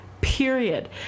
period